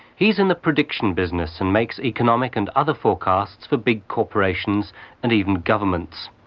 he's in the prediction business and makes economic and other forecasts for big corporations and even governments.